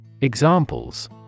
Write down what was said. Examples